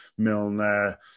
Milner